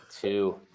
Two